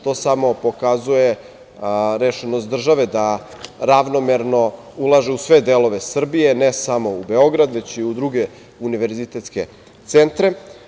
To samo pokazuje rešenost države da ravnomerno ulaže u sve delove Srbije, ne samo u Beograd, već i u druge univerzitetske centre.